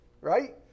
Right